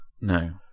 No